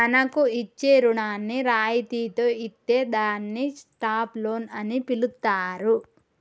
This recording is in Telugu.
మనకు ఇచ్చే రుణాన్ని రాయితితో ఇత్తే దాన్ని స్టాప్ లోన్ అని పిలుత్తారు